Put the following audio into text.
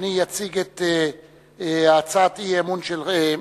אדוני יציג את הצעת האי-אמון של סיעתו.